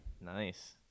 Nice